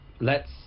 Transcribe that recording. lets